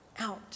out